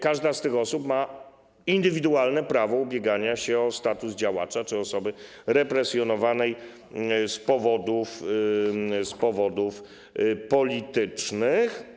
Każda z tych osób ma indywidualne prawo ubiegania się o status działacza czy osoby represjonowanej z powodów politycznych.